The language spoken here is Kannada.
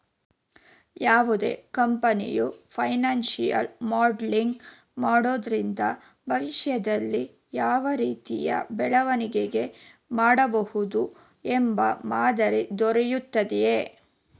ಯಾವುದೇ ಕಂಪನಿಯು ಫೈನಾನ್ಶಿಯಲ್ ಮಾಡಲಿಂಗ್ ಮಾಡೋದ್ರಿಂದ ಭವಿಷ್ಯದಲ್ಲಿ ಯಾವ ರೀತಿಯ ಬೆಳವಣಿಗೆ ಮಾಡಬಹುದು ಎಂಬ ಮಾದರಿ ದೊರೆಯುತ್ತದೆ